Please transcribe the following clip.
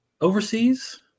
Overseas